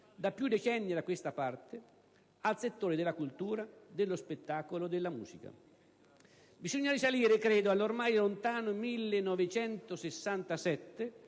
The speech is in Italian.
da più decenni a questa parte, al settore della cultura, dello spettacolo e della musica. Bisogna risalire all'ormai lontano 1967